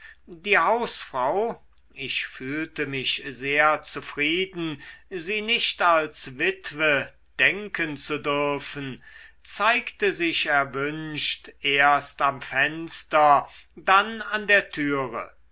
die hausfrau ich fühlte mich sehr zufrieden sie nicht als witwe denken zu dürfen zeigte sich erwünscht erst am fenster dann an der türe